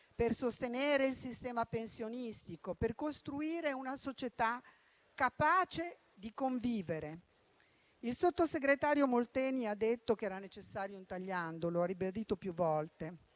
per sostenere il sistema pensionistico, per costruire una società capace di convivere. Il sottosegretario Molteni ha detto che era necessario un tagliando e lo ha ribadito più volte;